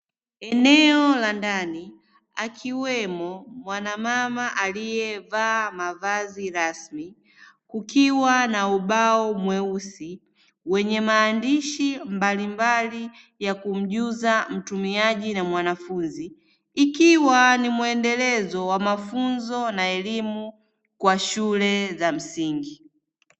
Eneo la ndani akiwemo mwana mama aliyevaa mavazi rasmi, kukiwa na ubao mweusi wenye maandishi mbalimbali ya kumjuza mtumiaji na mwanafunzi; ikiwa ni mwendelezo wa mafunzo na elimu kwa shule za msingi.